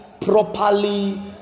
properly